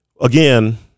Again